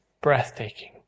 Breathtaking